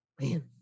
man